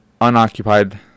unoccupied